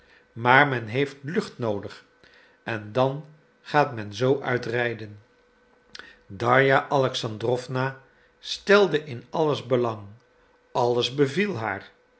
maar men heeft lucht noodig en dan gaat men zoo uitrijden darja alexandrowna stelde in alles belang alles beviel haar